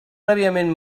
prèviament